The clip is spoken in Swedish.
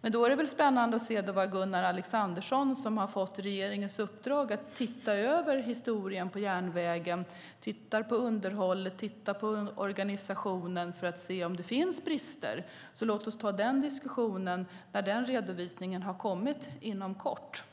Men då är det väl spännande att se vad Gunnar Alexandersson kommer fram till. Han har fått regeringens uppdrag att titta över historien när det gäller järnvägen, att titta på underhållet och titta på organisationen för att se om det finns brister. Låt oss ta den diskussionen när den redovisningen kommer, vilket sker inom kort.